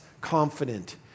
confident